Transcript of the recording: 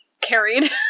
carried